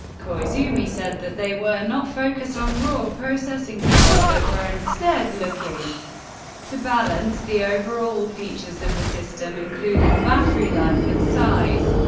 koizumi said that they were not focused on raw processing power, but were instead looking to balance the overall features of the system, including battery life and size.